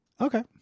Okay